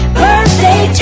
birthday